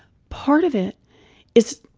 part of it is,